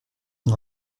son